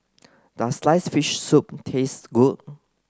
does sliced fish soup taste good